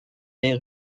les